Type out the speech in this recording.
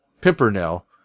Pimpernel